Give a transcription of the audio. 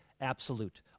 absolute